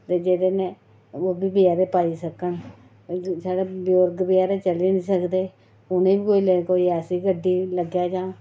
एह् जेह्ड़े न उब्भी बचैरे पाई सकन साढ़े बुजुर्ग बचैरे चली नेईं सकदे उ'नें गी ले कोई ऐसी गड्डी लग्गै जां